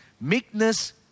meekness